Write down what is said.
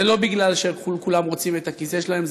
זה לא כי כולם רוצים את הכיסא שלהם,